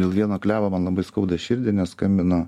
dėl vieno klevo man labai skauda širdį nes skambino